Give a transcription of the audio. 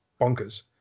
bonkers